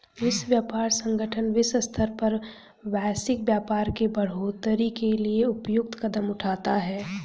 विश्व व्यापार संगठन विश्व स्तर पर वैश्विक व्यापार के बढ़ोतरी के लिए उपयुक्त कदम उठाता है